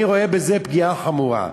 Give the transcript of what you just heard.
אני רואה בזה פגיעה חמורה.